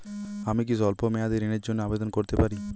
আমি কি স্বল্প মেয়াদি ঋণের জন্যে আবেদন করতে পারি?